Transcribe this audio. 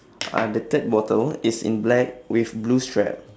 uh the third bottle is in black with blue strap